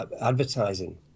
advertising